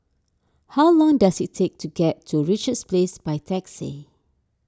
how long does it take to get to Richards Place by taxi